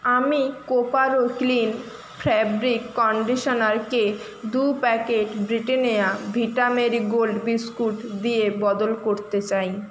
আমি কোপারো clean fabric কণ্ডিশনারকে দু packet Britannia Vita Marie Gold biscuit দিয়ে বদল করতে চাই